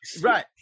Right